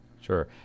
sure